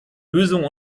lösung